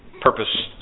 purpose